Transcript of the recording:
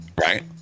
right